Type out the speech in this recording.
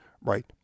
right